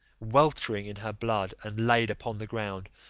weltering in her blood, and laid upon the ground,